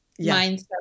mindset